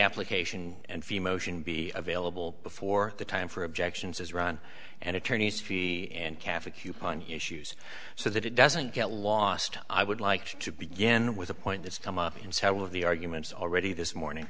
application and fim ocean be available before the time for objections is run and attorneys fee and cafe coupon issues so that it doesn't get lost i would like to begin with a point that's come up in several of the arguments already this morning